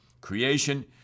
creation